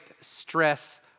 stress